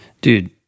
Dude